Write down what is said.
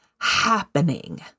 happening